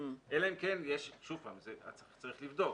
אבל צריך לבדוק,